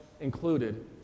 included